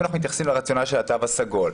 אם אנחנו מתייחסים לרציונל של התו הסגול,